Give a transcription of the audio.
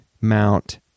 mount